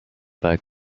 back